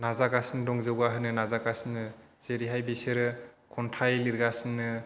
नाजागासिनो दं जौगाहोनो नाजागासिनो जेरैहाय बिसोरो खन्थाइ लिरगासिनो